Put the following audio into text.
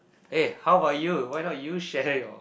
hey how about you why not you share your